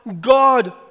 God